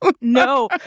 no